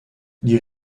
die